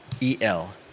E-L